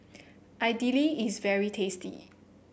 idili is very tasty